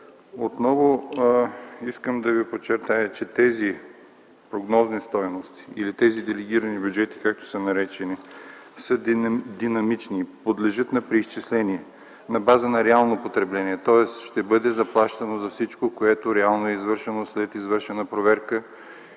отново искам да Ви подчертая, че тези прогнозни стойности или тези делегирани бюджети, както са наречени, са динамични и подлежат на преизчисление на база на реално потребление. Тоест ще бъде заплащано за всичко, което реално е извършено след извършена проверка